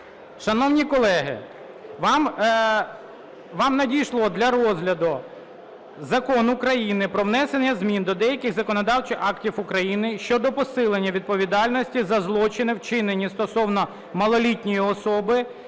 Шановні колеги, вам надійшов для розгляду Закон України "Про внесення змін до деяких законодавчих актів України щодо посилення відповідальності за злочини, вчинені стосовно малолітньої особи,